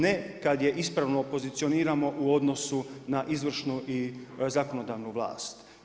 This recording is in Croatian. Ne kad je ispravno opozicioniramo u odnosu na izvršnu i zakonodavnu vlast.